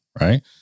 right